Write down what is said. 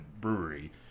brewery